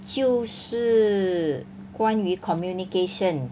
就是关于 communication